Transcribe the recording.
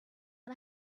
and